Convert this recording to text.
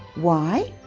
why?